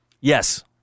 Yes